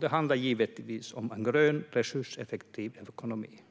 Det handlar givetvis om en grön, resurseffektiv ekonomi.